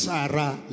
Sarah